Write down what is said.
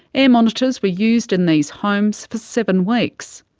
air monitors were used in these homes for seven weeks.